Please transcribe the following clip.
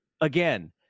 again